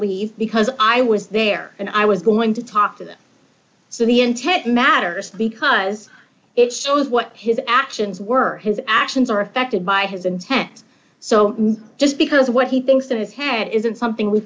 leave because i was there and i was going to talk to them so the intent matters because it shows what his actions were his actions are affected by his intent so just because what he thinks that his head isn't something we